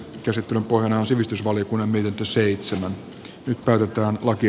käsittelyn pohjana on sivistysvaliokunnan mietintö